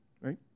Right